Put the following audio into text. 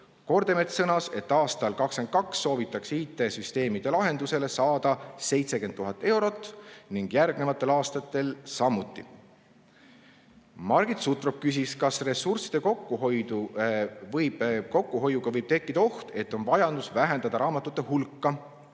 Kordemets sõnas, et aastal 2022 soovitakse IT‑süsteemide lahenduse jaoks saada 70 000 eurot ning järgnevatel aastatel samuti. Margit Sutrop küsis, kas ressursside kokkuhoiuga võib tekkida oht, et on vajadus vähendada raamatute hulka.